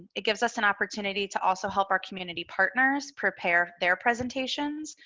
it gives us an opportunity to also help our community partners prepare their presentations.